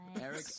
Eric